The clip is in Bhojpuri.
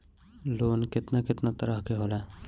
लोन केतना केतना तरह के होला?